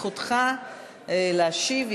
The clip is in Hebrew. זכותך להשיב.